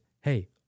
hey